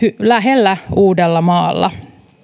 lähellä uudellamaalla